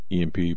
EMP